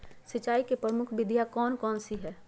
सिंचाई की प्रमुख विधियां कौन कौन सी है?